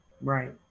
right